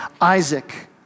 Isaac